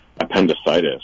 appendicitis